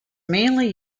mainly